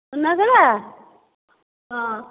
ସୁନାଖେଳା ହଁ